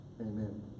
Amen